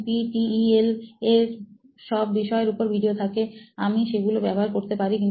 NPTEL এ সব বিষয়ের উপর ভিডিও থাকে আমি সেগুলো ব্যবহার করতে পারি